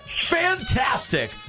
Fantastic